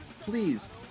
please